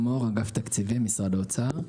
אני מאגף תקציבים במשרד האוצר.